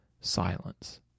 silence